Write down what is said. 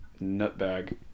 nutbag